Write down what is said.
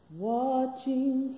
watching